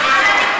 הקואליציה.